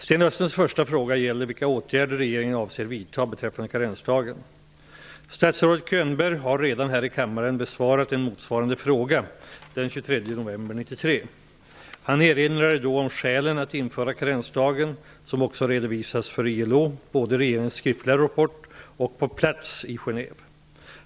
Sten Östlunds första fråga gäller vilka åtgärder regeringen avser vidta beträfande karensdagen. Statsrådet Könberg har redan här i kammaren besvarat en motsvarande fråga den 23 november 1993. Han erinrade då om skälen att införa karensdagen, som också redovisats för ILO både i regeringens skriftliga rapport och på plats i Genève.